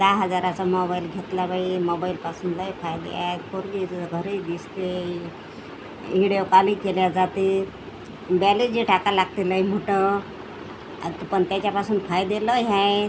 दहा हजाराचा मोबाईल घेतला बाई मोबाईलपासून लई फायदे आहेत पोरगी जर घरी दिसते हिडियो काली केल्या जाते बॅलेजही टाका लागते लई मोठं आतं पण त्याच्यापासून फायदे लय आहेत